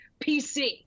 PC